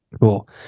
Cool